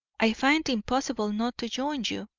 i find it impossible not to join you.